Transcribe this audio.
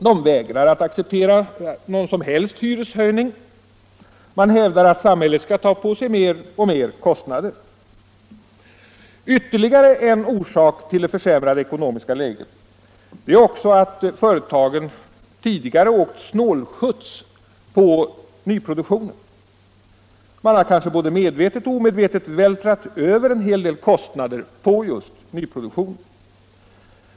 Man vägrar att acceptera någon som helst hyreshöjning, man hävdar att samhället skall ta på sig mer och mer kostnader. Ytterligare en orsak till det försämrade ekonomiska läget är att företagen tidigare åkt snålskjuts på nyproduktionen. De har, kanske både medvetet och omedvetet, vältrat över en hel del kostnader på nyproduktionen.